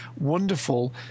wonderful